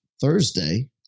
Thursday